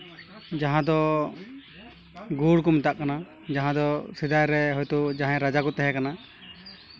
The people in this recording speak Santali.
ᱡᱟᱦᱟᱸ ᱫᱚ ᱜᱳᱲ ᱠᱚ ᱢᱮᱛᱟᱜ ᱠᱟᱱᱟ ᱡᱟᱦᱟᱸ ᱫᱚ ᱥᱮᱫᱟᱭ ᱨᱮ ᱦᱳᱭᱛᱳ ᱡᱟᱦᱟᱸᱭ ᱨᱟᱡᱟ ᱠᱚ ᱛᱟᱦᱮᱸᱠᱟᱱᱟ